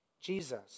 Jesus